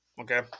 Okay